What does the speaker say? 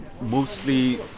mostly